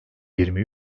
yirmi